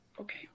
okay